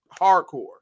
hardcore